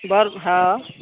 ब हँ